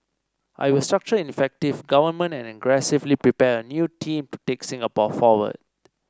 I will structure an effective government and aggressively prepare a new team to take Singapore forward